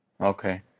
okay